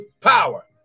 power